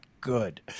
good